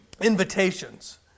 Invitations